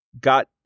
got